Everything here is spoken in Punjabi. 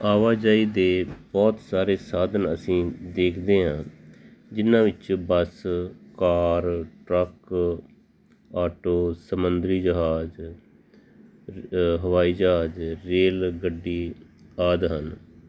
ਆਵਾਜਾਈ ਦੇ ਬਹੁਤ ਸਾਰੇ ਸਾਧਨ ਅਸੀਂ ਦੇਖਦੇ ਹਾਂ ਜਿਨ੍ਹਾਂ ਵਿੱਚ ਬੱਸ ਕਾਰ ਟਰੱਕ ਆਟੋ ਸਮੁੰਦਰੀ ਜਹਾਜ਼ ਹਵਾਈ ਜਹਾਜ਼ ਰੇਲ ਗੱਡੀ ਆਦਿ ਹਨ